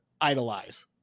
idolize